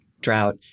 drought